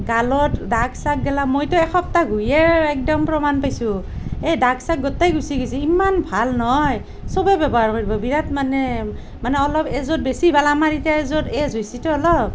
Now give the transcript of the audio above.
গালত দাগ চাগ গেলা মইতো একসপ্তাহ ঘঁহিয়ে একদম প্ৰমাণ পাইছোঁ এই দাগ চাগ গোটেই গুচি গৈছে ইমান ভাল নহয় চবে ব্যৱহাৰ কৰিব বিৰাট মানে মানে অলপ এজত বেছি ভাল আমাৰ এতিয়া এজত এজ হৈছেতো অলপ